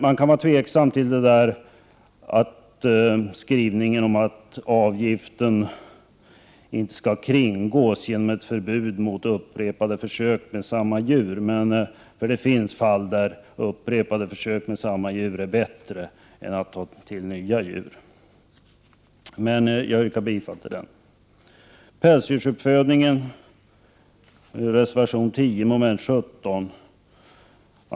Man kan vara tveksam till skrivningen om att avgiften inte skall kringgås med förbud mot upprepade försök med samma djur. Det finns fall där upprepade försök med samma djur är bättre än att ta till nya djur. Jag yrkar bifall till reservation 9. Reservation 10, mom. 17, handlar om pälsdjursuppfödning.